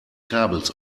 kabels